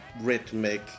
rhythmic